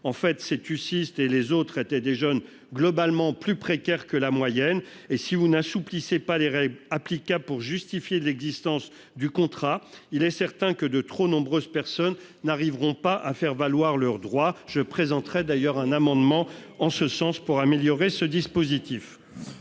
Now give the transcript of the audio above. En fait, ces tucistes étaient des jeunes globalement plus précaires que la moyenne. Si vous n'assouplissez pas les règles applicables pour justifier l'existence d'un contrat, il est certain que de trop nombreuses personnes n'arriveront pas à faire valoir leurs droits. Je présenterai d'ailleurs un amendement en ce sens pour améliorer ce dispositif.